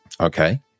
Okay